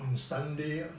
on sunday